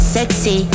Sexy